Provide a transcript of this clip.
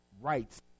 rights